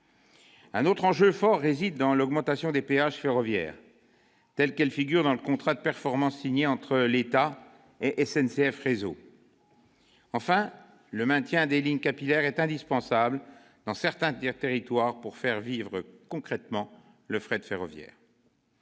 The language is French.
un enjeu important réside dans l'augmentation des péages ferroviaires, telle qu'elle figure dans le contrat de performance signé entre l'État et SNCF Réseau. Enfin, le maintien des lignes capillaires est indispensable, dans certains territoires, pour faire vivre concrètement le fret ferroviaire.